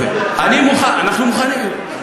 אנחנו מוכנים.